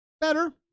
better